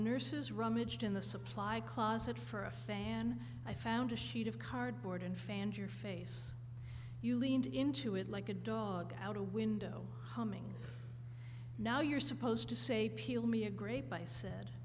nurses rummaged in the supply closet for a fan i found a sheet of cardboard and fanned your face you leaned into it like a dog out a window humming now you're supposed to say peel me a great buy i said